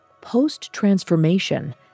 Post-transformation